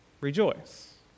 rejoice